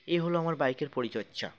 এ হলো আমার বাইকের পরিচর্চা